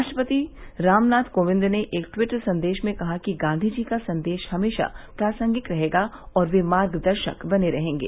राष्ट्रपति रामनाथ कोविंद ने एक ट्वीट संदेश में कहा कि गांधी जी का संदेश हमेशा प्रासंगिक रहेगा और वे मार्गदर्शक बने रहेंगे